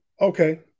Okay